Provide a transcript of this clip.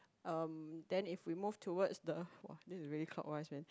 um then if we move towards to the !wah! this is really clockwise man